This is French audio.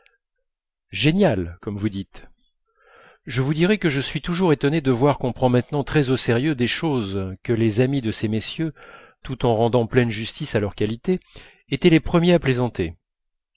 génial comme vous dites je vous dirai que je suis toujours étonnée de voir qu'on prend maintenant au sérieux des choses que les amis de ces messieurs tout en rendant pleine justice à leurs qualités étaient les premiers à plaisanter